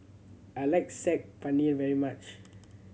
I like Saag Paneer very much